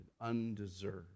undeserved